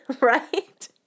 right